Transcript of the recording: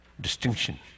distinction